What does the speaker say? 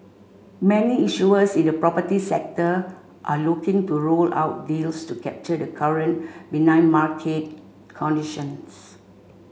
many issuers in the property sector are looking to roll out deals to capture the current benign market conditions